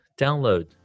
download